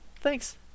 Thanks